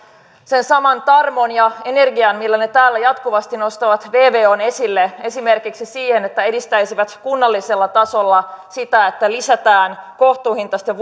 sen saman tarmon ja energian millä he täällä jatkuvasti nostavat vvon esille esimerkiksi siihen että edistäisivät kunnallisella tasolla sitä että lisätään kohtuuhintaisten